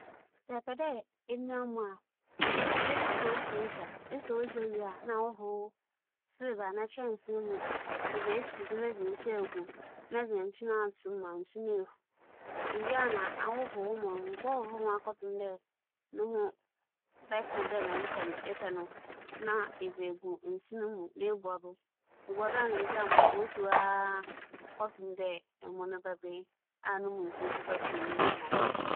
Sɛ eronoa mo a, dza otwar dɛ eyɛ nye dɛ, edze angoa besi gya do na edze wo mo a ahohor ho no egu mu. Ewia a, edze ta bonunu emo no mu akyew no kakra. Odzi bɛyɛ sema ebien bi a, nna asaw nsu a obotum anoa mo no dze egu ho. Obegyina emo no dodow na ͻbɛkyerɛ nsu dodow a edze bogu mu. Ewia, nna ahata do ma ehur aben.